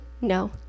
No